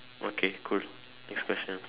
okay cool next question